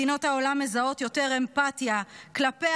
מדינות העולם מזהות יותר אמפתיה כלפי